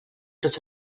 tots